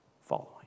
following